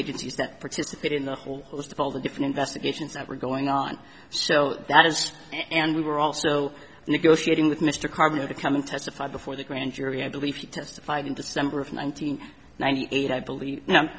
agencies that participate in the whole list of all the different investigations that were going on so that as and we were also negotiating with mr carter to come and testify before the grand jury i believe he testified in december of one nine hundred ninety eight i believe